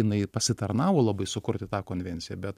jinai pasitarnavo labai sukurti tą konvenciją bet